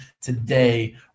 today